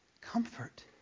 Comfort